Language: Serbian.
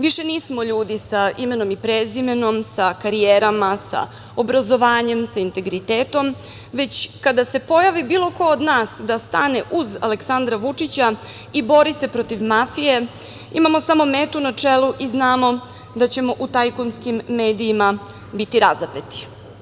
Više nismo ljudi sa imenom i prezimenom, sa karijerama, sa obrazovanjem, sa integritetom, već kada se pojavi bilo ko od nas da stane uz Aleksandra Vučića i bori se protiv mafije, imamo samo metu na čelu i znamo da ćemo u tajkunskim medijima biti razapeti.